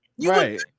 right